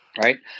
right